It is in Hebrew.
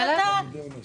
קריטריון נושם.